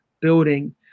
building